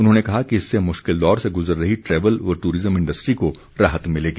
उन्होंने कहा कि इससे मुश्किल दौर से गुजर रही ट्रेवल व टूरिज्म इंडस्ट्री को राहत मिल सकेगी